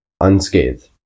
unscathed